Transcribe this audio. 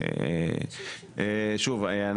שוב,